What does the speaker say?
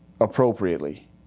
appropriately